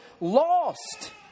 lost